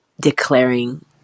declaring